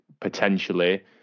potentially